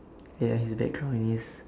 ya his background is